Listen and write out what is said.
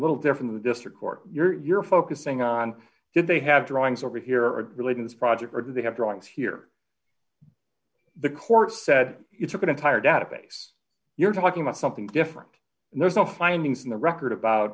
little different the district court you're focusing on did they have drawings over here or a religious project or do they have drawings here the court said you took an entire database you're talking about something different and there's a findings in the record about